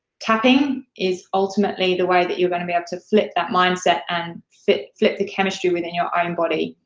tapping is ultimately the way that you're going to be able to flip that mindset and flip flip the chemistry within your own body.